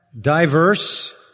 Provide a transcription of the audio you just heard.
diverse